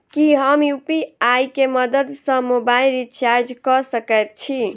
की हम यु.पी.आई केँ मदद सँ मोबाइल रीचार्ज कऽ सकैत छी?